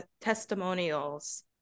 testimonials